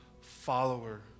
follower